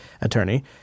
attorney